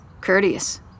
courteous